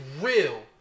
real